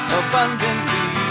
abundantly